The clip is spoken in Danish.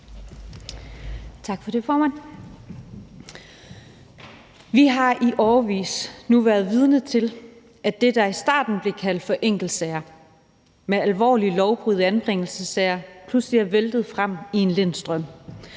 Vi har nu i årevis været vidne til, at det, der i starten blev kaldt for enkeltsager om alvorlige lovbrud i anbringelsessager, pludselig er væltet frem i en lind strøm,